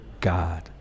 God